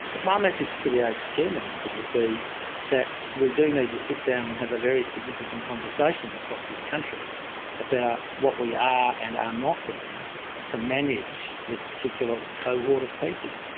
but my message to the aged care minister would be that we do need to sit down and have a very significant conversation across this country about what we are and are not doing to manage this particular cohort of people.